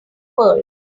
pearl